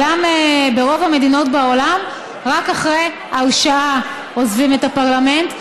ברוב המדינות בעולם רק אחרי הרשעה עוזבים את הפרלמנט.